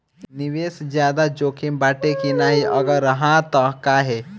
निवेस ज्यादा जोकिम बाटे कि नाहीं अगर हा तह काहे?